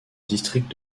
district